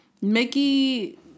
Mickey